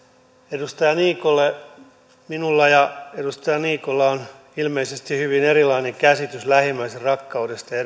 edustaja niikolle minulla ja edustaja niikolla on ilmeisesti hyvin erilainen käsitys lähimmäisenrakkaudesta ja